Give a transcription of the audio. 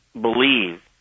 believe